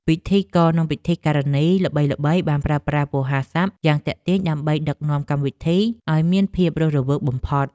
ពិធីករនិងពិធីការិនីល្បីៗបានប្រើប្រាស់វោហារស័ព្ទយ៉ាងទាក់ទាញ ដើម្បីដឹកនាំកម្មវិធីឱ្យមានភាពរស់រវើកបំផុត។